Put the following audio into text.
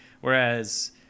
Whereas